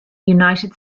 united